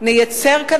נייצר כאן,